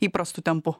įprastu tempu